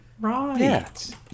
Right